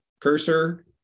cursor